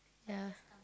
ya